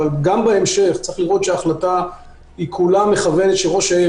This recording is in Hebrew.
אבל גם בהמשך צריך לראות שההחלטה היא כולה --- של ראש העיר.